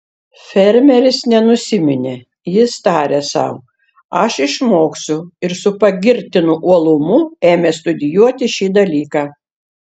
fermeris nenusiminė jis tarė sau aš išmoksiu ir su pagirtinu uolumu ėmė studijuoti šį dalyką